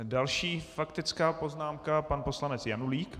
Další faktická poznámka pan poslanec Janulík.